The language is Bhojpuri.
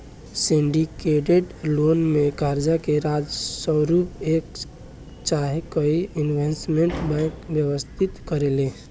सिंडीकेटेड लोन में कर्जा के स्वरूप एक चाहे कई इन्वेस्टमेंट बैंक व्यवस्थित करेले